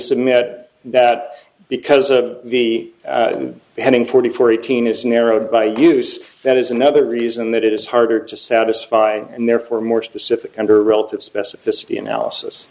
submit that because a the heading forty four eighteen is narrowed by use that is another reason that it is harder to satisfy and therefore more specific under relative specificity analysis